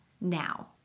now